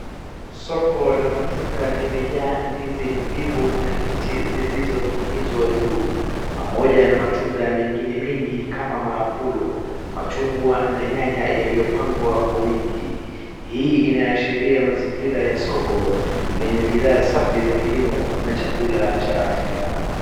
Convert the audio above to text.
Soko la matunda limejaa ndizi mbivu na mbichi zilizoning'inizwa juu pamoja na matunda mengine mengi kama maapulo, machungwa na nyanya yaliyopangwa kwa wingi. Hii inaashiria mazingira ya soko lenye bidhaa safi za kilimo na chakula cha afya.